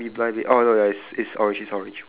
oh the yellow colour girl hair ah